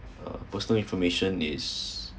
uh personal information is